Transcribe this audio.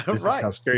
Right